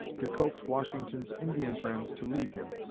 to coax washington's indian friends to leave him.